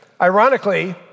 Ironically